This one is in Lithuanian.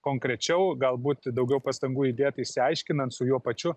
konkrečiau galbūt daugiau pastangų įdėt išsiaiškinant su juo pačiu